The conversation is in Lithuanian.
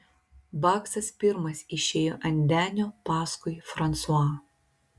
baksas pirmas išėjo ant denio paskui fransuą